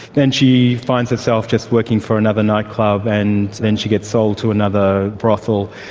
then she finds herself just working for another nightclub and then she gets sold to another brothel.